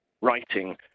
writing